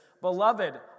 Beloved